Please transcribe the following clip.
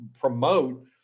promote